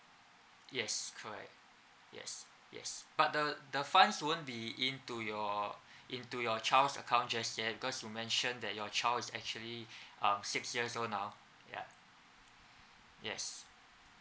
yes correct yes yes but the the funds won't be into your into your child's account just yet because you mention that your child is actually um six years old now ya yes